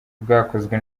bwakozwe